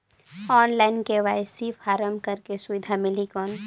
Online KYC form करेके सुविधा मिली कौन?